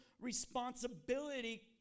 responsibility